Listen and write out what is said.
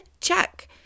Check